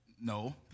no